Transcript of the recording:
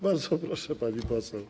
Bardzo proszę, pani poseł.